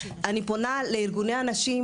אני פונה לארגוני הנשים,